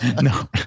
No